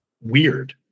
weird